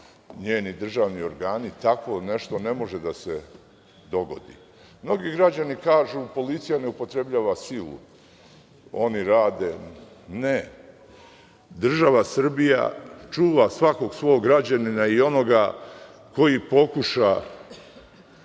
njeni državni organi, tako nešto ne može da se dogodi. Mnogi građani kažu – policija ne upotrebljava silu, oni rade. Ne, država Srbija čuva svakog svog građanina i onoga koji pokuša